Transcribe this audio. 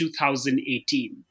2018